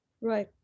Right